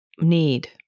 need